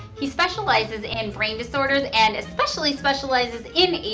he specializes in brain disorders and especially specializes in